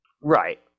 right